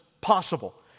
possible